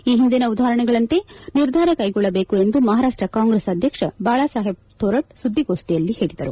ಈ ಹಿಂದಿನ ಉದಾಹರಣೆಗಳಂತೆ ನಿರ್ಧಾರ ಕೈಗೊಳ್ಳಬೇಕು ಎಂದು ಮಹಾರಾಷ್ಟ ಕಾಂಗ್ರೆಸ್ ಅಧ್ಯಕ್ಷ ಬಾಳ ಸಾಹೇಬ್ ತೋರಟ್ ಸುದ್ದಿಗೋಷ್ಠಿಯಲ್ಲಿ ಹೇಳಿದರು